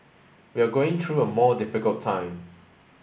we are going through a more difficult time